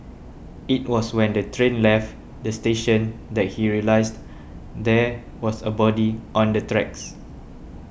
it was when the train left the station that he realised there was a body on the tracks